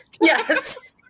Yes